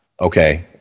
okay